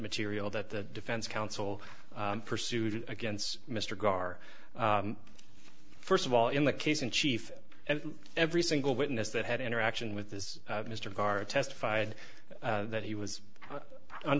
material that the defense counsel pursued against mr gar first of all in the case in chief and every single witness that had interaction with this mr gard testified that he was